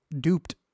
duped